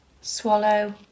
Swallow